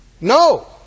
No